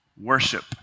worship